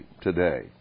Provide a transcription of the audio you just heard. today